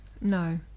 No